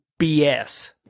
BS